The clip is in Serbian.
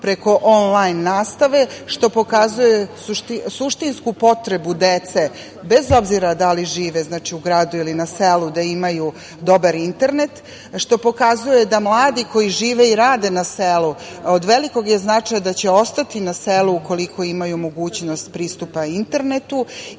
preko onlajn nastave, što pokazuje suštinsku potrebu dece, bez obzira da li žive u gradu ili na selu, da imaju dobar internet, što pokazuje da mladi koji žive i rade na selu od velikog je značaja da će ostati na selu ukoliko imaju mogućnost pristupa internetu